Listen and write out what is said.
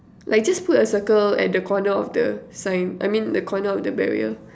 like just put a circle at the corner of the sign I mean the corner of the barrier